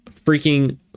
freaking